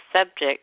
subject